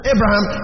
Abraham